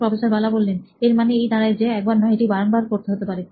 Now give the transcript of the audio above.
professor Bala এর মানে এই দাঁড়ায় যে একবার নয় এটি বারংবার করতে হতে পারে